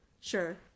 sure